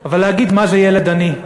ולהגיד מה זה ילד עני.